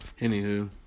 Anywho